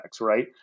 right